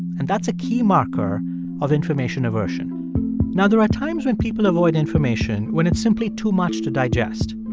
and that's a key marker of information aversion now, there are times when people avoid information when it's simply too much to digest.